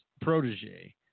protege